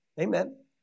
Amen